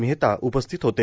मेहता उपस्थित होते